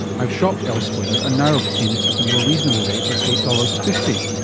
i have shopped elsewhere and now obtain it at the more reasonable rate of eight dollars. fifty.